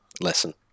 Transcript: lesson